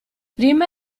prima